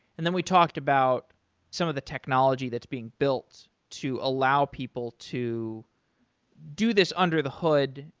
and then we talked about some of the technology that's being built to allow people to do this under the hood,